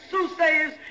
soothsayers